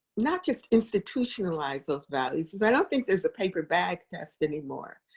not just institutionalized those values because i don't think there's a paper bag test anymore.